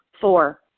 Four